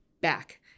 back